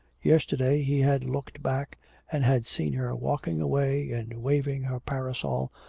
yesterday he had looked back and had seen her walking away and waving her parasol,